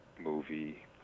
movie